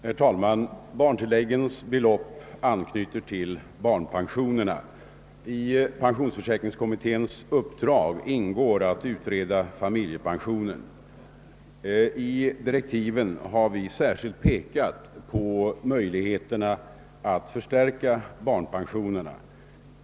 Herr talman! Barntilläggens belopp anknyter till barnpensionerna. I pensionsförsäkringskommitténs uppdrag ingår att utreda familjepensionerna. Det pekas i direktiven särskilt på möjligheterna att förstärka barnpensionerna.